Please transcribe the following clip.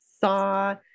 saw